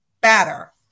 batter